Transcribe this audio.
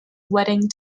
wedding